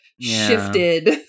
shifted